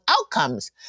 outcomes